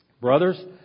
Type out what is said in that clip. Brothers